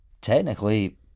technically